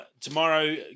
Tomorrow